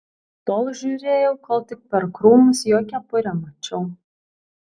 tol žiūrėjau kol tik per krūmus jo kepurę mačiau